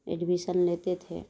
admission لیتے تھے